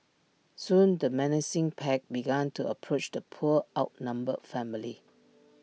soon the menacing pack began to approach the poor outnumbered family